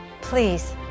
Please